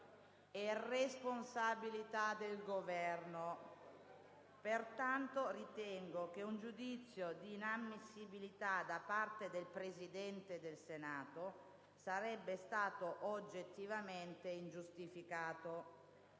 del senatore Morando)*. Pertanto, ritengo che un giudizio di inammissibilità da parte del Presidente del Senato sarebbe stato oggettivamente ingiustificato.